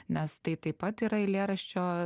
nes tai taip pat yra eilėraščio